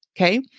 okay